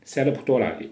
salad 不多 lah